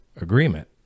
agreement